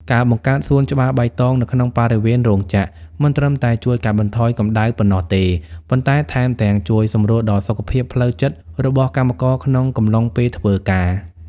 ការបង្កើតសួនច្បារបៃតងនៅក្នុងបរិវេណរោងចក្រ មិនត្រឹមតែជួយកាត់បន្ថយកម្ដៅប៉ុណ្ណោះទេ ប៉ុន្តែថែមទាំងជួយសម្រួលដល់សុខភាពផ្លូវចិត្តរបស់កម្មករក្នុងកំឡុងពេលធ្វើការ។